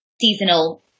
seasonal